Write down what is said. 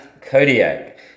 Kodiak